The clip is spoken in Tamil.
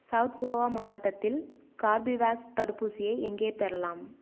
சவுத் கோவா மாவட்டத்தில் கார்பவேக்ஸ் தடுப்பூசியை எங்கே பெறலாம்